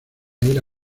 era